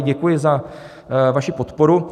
Děkuji za vaši podporu.